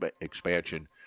expansion